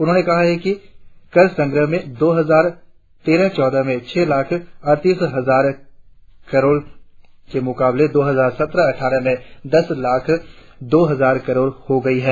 उन्होंने कहा कि कर संग्रह में दो हजार तेरह चौदह के छह लाख अड़तीस हजार करोड़ के मुकाबले दो हजार सत्रह अटठारह में दस लाख दो हजार करोड़ हो गया है